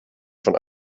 von